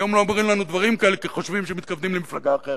היום לא אומרים לנו דברים כאלה כי חושבים שמתכוונים למפלגה אחרת.